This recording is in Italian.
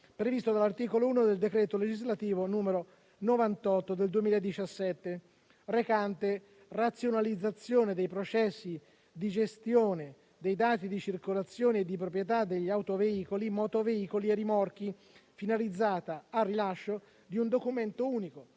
previsto dall'articolo 1 del decreto legislativo n. 98 del 2017, recante razionalizzazione dei processi di gestione dei dati di circolazione e di proprietà degli autoveicoli, motoveicoli e rimorchi, finalizzata al rilascio di un documento unico,